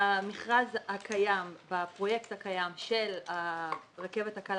במכרז הקיים בפרויקט הקיים של הרכבת הקלה